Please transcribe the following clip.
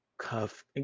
cuff